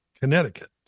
Connecticut